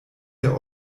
der